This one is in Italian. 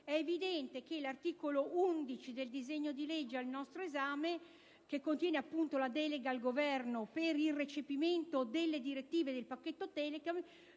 È evidente che l'articolo 11 del disegno di legge al nostro esame, che contiene la delega al Governo per il recepimento delle direttive del cosiddetto pacchetto Telecom,